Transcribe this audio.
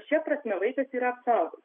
šia prasme vaikas yra apsaugotas